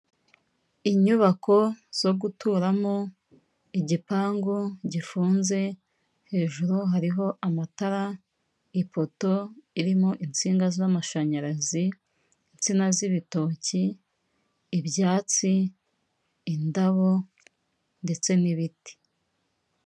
Inyubako zo guturamo, igipangu gifunze, hejuru hariho amatara, ipoto irimo insinga z'amashanyarazi, insina z'ibitoki, ibyatsi, indabo, ndetse n'ibiti.